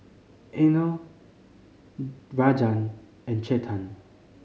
Anil Rajan and Chetan